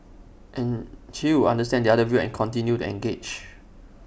and she would understand the other view and continue to engage